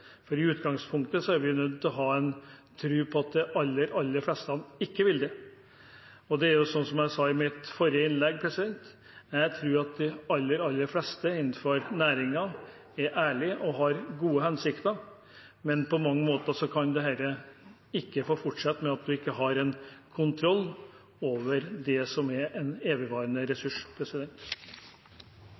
Men i utgangspunktet er vi nødt til å ha tro på at de aller, aller fleste ikke vil det. Som jeg sa i mitt forrige innlegg: Jeg tror at de aller, aller fleste innenfor næringen er ærlige og har gode hensikter. Men på mange måter kan det ikke få fortsette at man ikke har kontroll over det som er en evigvarende ressurs.